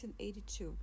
1982